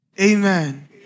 Amen